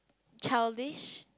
childish